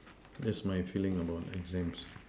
that's my feeling about exams